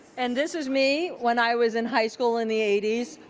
and this is me when i was in high school in the eighty s,